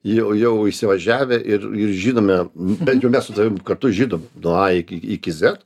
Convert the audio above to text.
jau jau įsivažiavę ir ir žinome bent jau mes su tavim kartu žinom nuo a iki zet